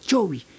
Joey